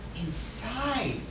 inside